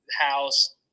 house